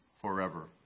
forever